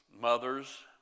mothers